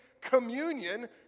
communion